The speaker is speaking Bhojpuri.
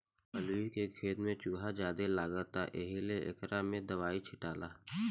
अलूइ के खेत में चूहा ज्यादे लगता एहिला एकरा में दवाई छीटाता